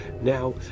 Now